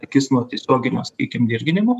akis nuo tiesioginio sakykim dirginimo